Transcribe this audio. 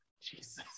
Jesus